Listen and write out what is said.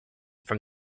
from